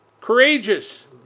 Courageous